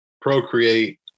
Procreate